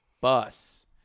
bus